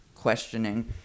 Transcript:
questioning